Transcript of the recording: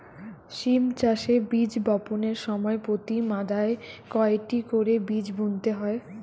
সিম চাষে বীজ বপনের সময় প্রতি মাদায় কয়টি করে বীজ বুনতে হয়?